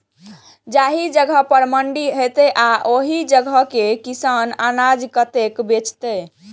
जाहि जगह पर मंडी हैते आ ओहि जगह के किसान अनाज कतय बेचते?